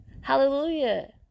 Hallelujah